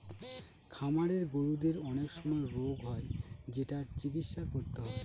খামারের গরুদের অনেক সময় রোগ হয় যেটার চিকিৎসা করতে হয়